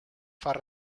far